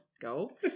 go